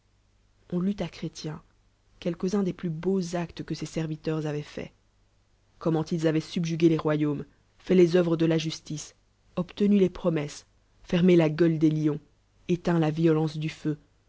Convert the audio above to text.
on lut il chrétien quelques uns des plus beaux actes que cesserviteursavoientfaits comment ils avoient subjugué les royaumes fait les œutes de la justice obtenn les promesses fermé la gueule des lions éleinlla violence du feu